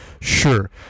sure